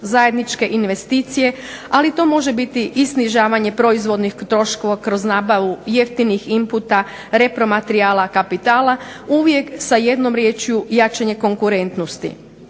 zajedničke investicije. Ali, to može biti i snižavanje proizvodnih troškova kroz nabavu jeftinih inputa, repromaterijala kapitala. Uvijek sa jednom riječju jačanje konkurentnosti.